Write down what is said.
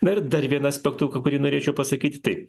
na ir dar vieną paktuką kurį norėčiau pasakyti tai